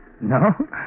No